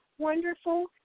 Wonderful